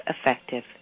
effective